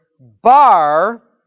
Bar